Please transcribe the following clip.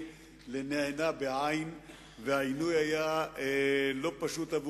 ואם יהיה פתרון,